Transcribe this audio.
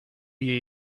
your